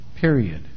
period